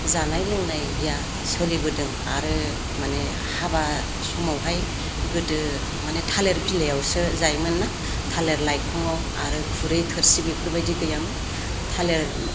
जानाय लोंनाया सोलिबोदों आरो माने हाबा समावहाय गोदो माने थालिर बिलाइआवसो जायोमोन ना थालिर लाइखङाव आरो खुरै थोरसि बेफोरबायदि गैयामोन थालिर